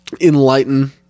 enlighten